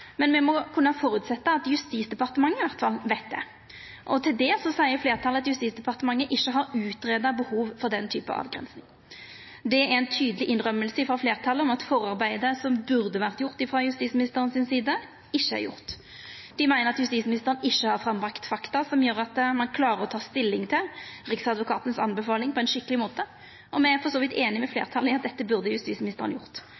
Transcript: men me må kunna ha som føresetnad at Justisdepartementet i alle fall veit det. Til det seier fleirtalet at Justisdepartementet ikkje har greidd ut behovet for den typen avgrensing. Det er ei tydeleg innrømming frå fleirtalet om at forarbeidet som burde vore gjort frå justisministeren si side, ikkje er gjort. Dei meiner at justisministeren ikkje har lagt fram fakta som gjer at ein klarer å ta stilling til anbefalinga frå Riksadvokaten på ein skikkeleg måte. Me er for så vidt einig med